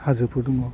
हाजोबो दङ